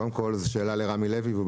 קודם כל, זו שאלה לרמי לוי.